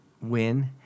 win